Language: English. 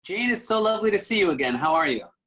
jane, it's so lovely to see you again. how are you?